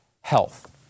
health